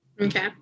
Okay